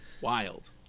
wild